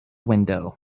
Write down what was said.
window